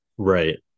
Right